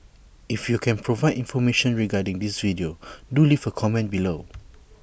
if you can provide information regarding this video do leave A comment below